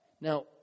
Now